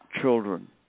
children